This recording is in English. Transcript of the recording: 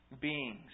beings